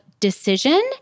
decision